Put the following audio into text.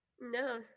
No